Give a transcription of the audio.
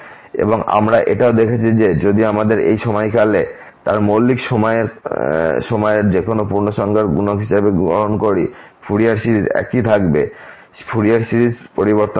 এবং আমরা এটাও দেখেছি যে যদি আমরা এর সময়কালকে তার মৌলিক সময়ের যেকোনো পূর্ণসংখ্যার গুণক হিসেবে গ্রহণ করি ফুরিয়ার সিরিজ একই থাকবে ফুরিয়ার সিরিজ পরিবর্তন হবে না